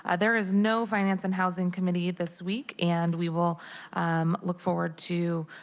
ah there is no finance and housing committee this week. and we will um look forward to